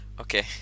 Okay